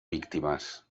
víctimes